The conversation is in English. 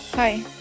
Hi